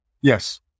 Yes